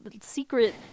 secret